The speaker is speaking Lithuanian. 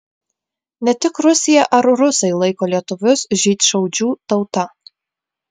ne tik rusija ar rusai laiko lietuvius žydšaudžių tauta